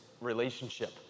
relationship